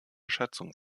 schätzung